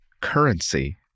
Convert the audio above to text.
currency